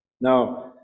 Now